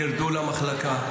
ירדו למחלקה,